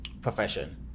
profession